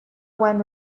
one